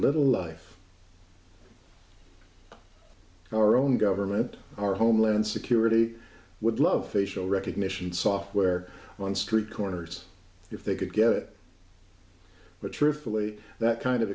little life our own government our homeland security would love facial recognition software on street corners if they could get it but truthfully that kind of